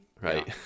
Right